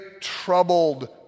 troubled